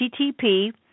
http